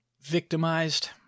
victimized